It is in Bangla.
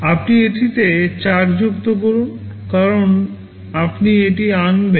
আপনি এটিতে 4 যুক্ত করুন কারণ আপনি এটি আনবেন